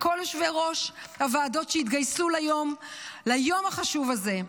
לכל יושבי-ראש הוועדות שהתגייסו ליום החשוב הזה,